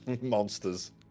Monsters